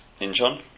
Incheon